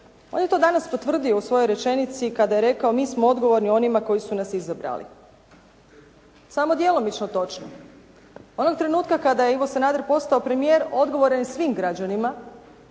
On je to danas potvrdio u svojoj rečenici kada je rekao: "Mi smo odgovorni onima koji su nas izabrali." Samo djelomično točno. Onog trenutka kada je Ivo Sanader postao premijer odgovoran je svim građanima